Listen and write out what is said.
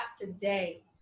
today